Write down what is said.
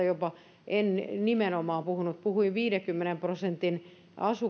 jopa alkoholiprosenteista en nimenomaan puhunut puhuin viidenkymmenen prosentin